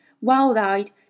wild-eyed